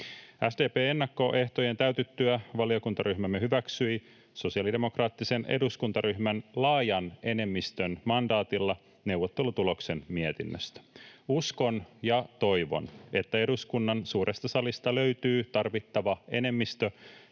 SDP:n ennakkoehtojen täytyttyä valiokuntaryhmämme hyväksyi sosiaalidemokraattisen eduskuntaryhmän laajan enemmistön mandaatilla neuvottelutuloksen mietinnöstä. Uskon ja toivon, että eduskunnan suuresta salista löytyy tarvittava enemmistö